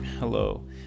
Hello